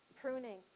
pruning